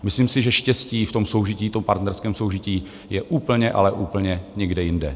Myslím si, že štěstí v soužití, v partnerském soužití je úplně, ale úplně někde jinde.